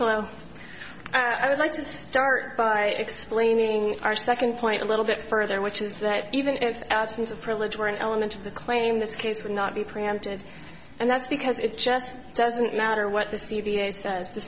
well i would like to start by explaining our second point a little bit further which is that even if absence of privilege were an element of the claim this case would not be preempted and that's because it just doesn't matter what the